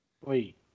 Wait